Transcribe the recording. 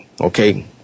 okay